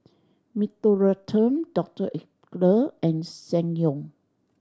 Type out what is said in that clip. Mentholatum Doctor Oetker and Ssangyong